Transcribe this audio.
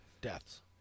deaths